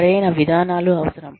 సరైన విధానాలు అవసరం